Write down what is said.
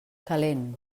calent